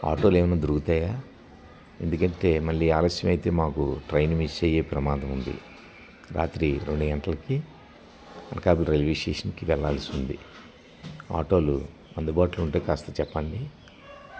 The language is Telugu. ఆటోలు ఏమన్న దొరుకుతాయా ఎందుకంటే మళ్ళీ ఆలస్యం అయితే మాకు ట్రైన్ మిస్ అయ్యే ప్రమాదం ఉంది రాత్రి రెండు గంటలకి అనకాపల్లి రైల్వే స్టేషన్కి వెళ్లాల్సి ఉంది ఆటోలు అందుబాటులో ఉంటే కాస్త చెప్పండి